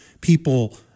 people